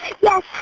Yes